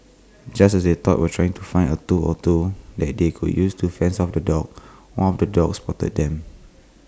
just as they taught were trying to find A tool or two that they could use to fends off the dogs one of the dogs spotted them